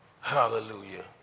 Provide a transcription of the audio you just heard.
Hallelujah